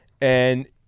And-